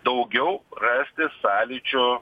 daugiau rasti sąlyčio